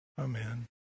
Amen